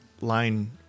line